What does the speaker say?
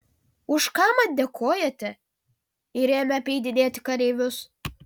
už ką man dėkojate ir ėmė apeidinėti kareivius